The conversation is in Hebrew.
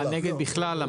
נגד בכלל המהלך?